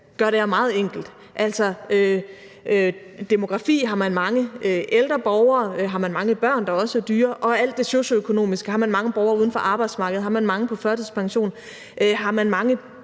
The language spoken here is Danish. gøre det her meget enkelt, altså demografi: Har man mange ældre borgere, har man mange børn, der også er dyre? Og der er alt det socioøkonomiske: Har man mange borgere uden for arbejdsmarkedet, har man mange på førtidspension? Har man mange